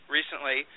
recently